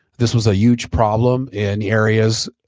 this was a huge problem in areas,